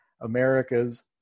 America's